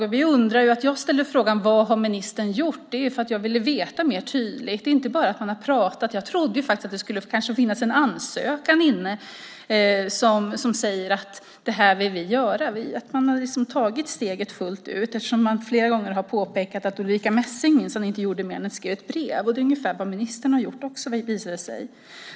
Anledningen till att jag ställde frågan om vad ministern har gjort är att jag ville få tydligare vetskap och inte bara få veta att man har pratat. Jag trodde faktiskt att det kanske skulle finnas en ansökan inne som säger att vi vill göra det här och att man liksom har tagit steget fullt ut, eftersom man flera gånger har påpekat att Ulrica Messing minsann inte gjorde mer än skrev ett brev. Det är ungefär vad ministern har gjort också, visar det sig.